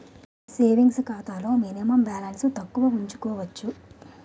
savings ఖాతాలో minimum balance తక్కువ ఉంచుకోవచ్చు